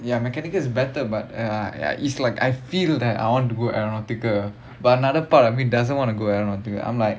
ya mechanical is better but uh it's like I feel that I want to go aeronautical but another part of me doesn't want to go aeronautical I'm like